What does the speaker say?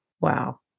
wow